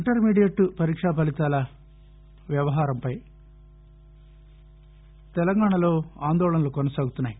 intermediate పరీక్ష ఫలితాల వ్యవహారంపై తెలంగాణలో ఆందోళనలు కొనసాగుతున్నాయి